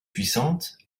puissante